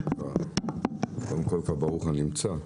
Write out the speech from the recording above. קודם כל, ברוך הנמצא.